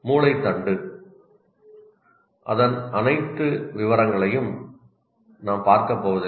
மூளை தண்டு அதன் அனைத்து விவரங்களையும் நாம் பார்க்கப் போவதில்லை